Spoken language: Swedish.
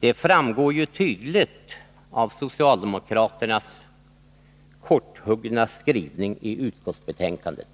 De framgår ju tydligt av socialdemokraternas korthuggna skrivning i utskottsbetänkandet.